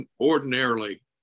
ordinarily